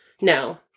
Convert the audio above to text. No